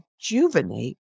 rejuvenate